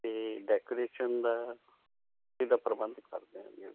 ਅਤੇ ਡੈਕੋਰੇਸ਼ਨ ਦਾ ਇਹਦਾ ਪ੍ਰਬੰਧ ਕਰਦੇ ਹਾਂ ਜੀ ਅਸੀਂ